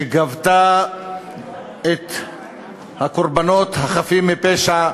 שגבתה את הקורבנות החפים מפשע,